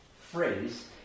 phrase